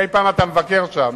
מדי פעם אתה מבקר שם,